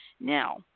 Now